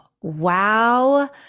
Wow